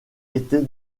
était